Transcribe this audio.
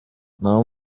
naho